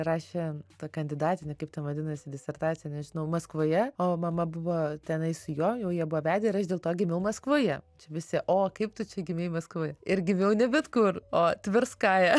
rašė tą kandidatinę kaip ten vadinasi disertaciją nežinau maskvoje o mama buvo tenai su juo jau jie buvo vedę ir aš dėl to gimiau maskvoje čia visi o kaip tu čia gimei maskvoj ir gimiau ne bet kur o tverskaja